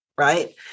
Right